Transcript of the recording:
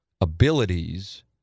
abilities